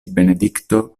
benedikto